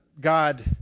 God